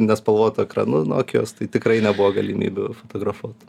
nespalvotu ekranu nokijos tai tikrai nebuvo galimybių fotografuot